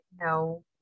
no